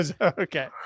Okay